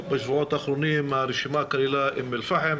בשבועות האחרונים הרשימה כללה את אום אל-פאחם,